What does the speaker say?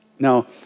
Now